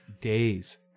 days